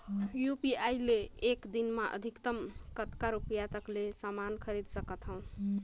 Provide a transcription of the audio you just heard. UPI ले एक दिन म अधिकतम कतका रुपिया तक ले समान खरीद सकत हवं?